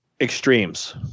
extremes